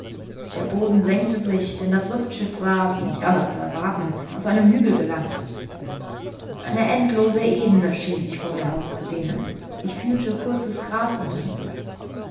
der boden senkte sich denn das luftschiff war wie nicht anders zu erwarten auf einem hügel gelandet eine endlose ebene schien sich vor mir auszudehnen ich fühlte kurzes gras unter mir